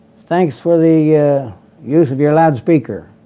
thanks for the yeah use of your loudspeaker.